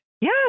Yes